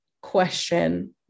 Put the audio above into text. question